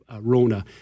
Rona